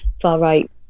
far-right